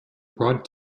broad